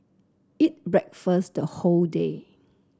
eat breakfast the whole day